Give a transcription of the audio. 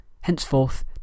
Henceforth